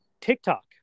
TikTok